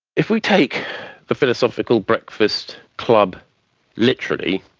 if we take the philosophical breakfast club literally,